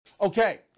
Okay